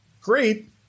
great